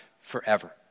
forever